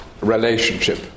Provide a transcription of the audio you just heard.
relationship